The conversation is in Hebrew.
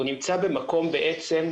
נמצא בתוך